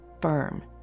firm